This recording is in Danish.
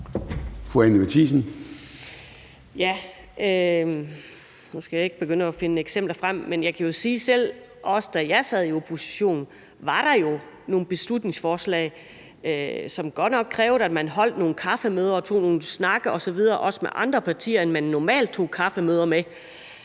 (V): Nu skal jeg ikke begynde at finde eksempler frem, men jeg kan jo sige, at da jeg selv sad i opposition, var der nogle beslutningsforslag, som godt nok krævede, at man holdt nogle kaffemøder og tog nogle snakke osv., også med andre partier end dem, man normalt tog kaffemøder med,